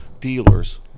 dealers